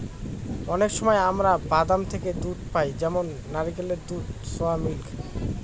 অনেক সময় আমরা বাদাম থেকে দুধ পাই যেমন নারকেলের দুধ, সোয়া মিল্ক